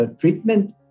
treatment